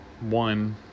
one